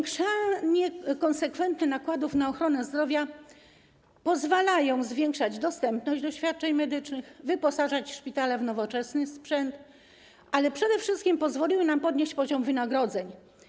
Konsekwentne zwiększanie nakładów na ochronę zdrowia pozwala zwiększać dostępność świadczeń medycznych, wyposażać szpitale w nowoczesny sprzęt, ale przede wszystkim pozwoliło nam podnieść poziom wynagrodzeń.